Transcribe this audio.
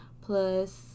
plus